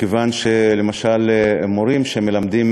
מכיוון שלמשל מורים שמלמדים